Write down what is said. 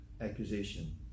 accusation